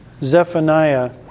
Zephaniah